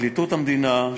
פרקליטות המדינה,